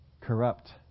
corrupt